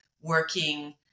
working